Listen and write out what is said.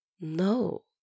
no